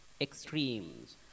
extremes